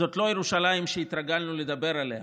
זאת לא ירושלים שהתרגלנו לדבר עליה,